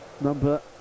number